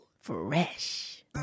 Fresh